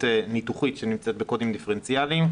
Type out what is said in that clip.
ניתוחית שנמצאת בקודים דיפרנציאליים.